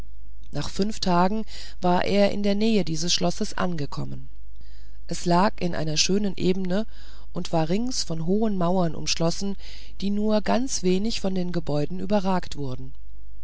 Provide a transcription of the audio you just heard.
nach fünf tagen war er in die nähe dieses schlosses gekommen es lag in einer schönen ebene und war rings von hohen mauern umschlossen die nur ganz wenig von den gebäuden überragt wurden